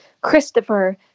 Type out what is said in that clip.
Christopher